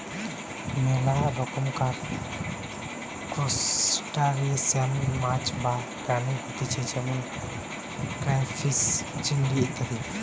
মেলা রকমকার ত্রুসটাসিয়ান মাছ বা প্রাণী হতিছে যেমন ক্রাইফিষ, চিংড়ি ইত্যাদি